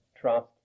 trust